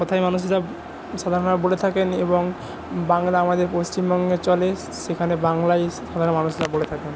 কথায় মানুষরা সাধারণভাবে বলে থাকেন এবং বাংলা আমাদের পশ্চিমবঙ্গে চলে সেখানে বাংলাই সাধারণ মানুষরা বলে থাকেন